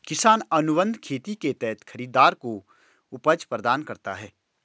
किसान अनुबंध खेती के तहत खरीदार को उपज प्रदान करता है